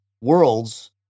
worlds